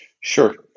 Sure